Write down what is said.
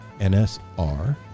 NSR